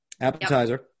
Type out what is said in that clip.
Appetizer